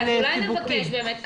אז אולי נבקש באמת,